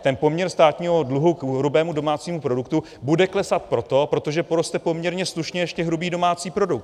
Ten poměr státního dluhu k hrubému domácímu produktu bude klesat proto, protože poroste poměrně slušně ještě hrubý domácí produkt.